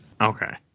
Okay